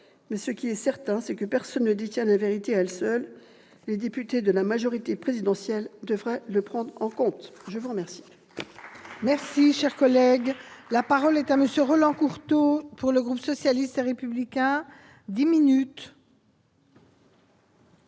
mais ce qui est certain, c'est que personne ne détient seul la vérité : les députés de la majorité présidentielle devraient le prendre en compte ! La parole